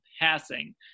passing